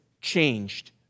changed